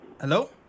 Hello